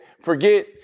Forget